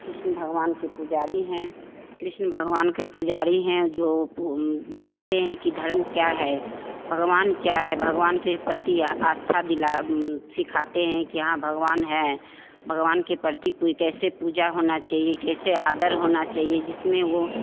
कृष्ण भगवान के पुजारी हैं कृष्ण भगवान के पुजारी हैं जो पू बताते हैं कि धर्म क्या है भगवान क्या है भगवान के प्रति आस्था दिला सिखाते हैं कि हाँ भगवान हैं भगवान के परती कोई कैसे पूजा होना चाहिए कैसे आदर होना चाहिए जिसमें वह